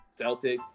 Celtics